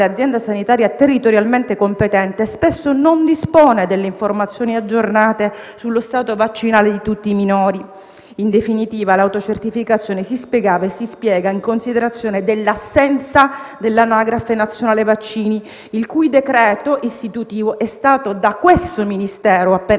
l'azienda sanitaria territorialmente competente spesso non dispone delle informazioni aggiornate sullo stato vaccinale di tutti i minori. In definitiva, l'autocertificazione si spiegava e si spiega in considerazione della assenza dell'anagrafe nazionale vaccini, il cui decreto istitutivo è stato da questo Ministero appena